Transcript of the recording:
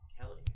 Kelly